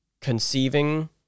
conceiving